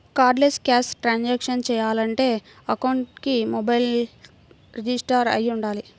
cardless cash transactions చెయ్యాలంటే అకౌంట్కి mobile register అయ్యి వుండాలి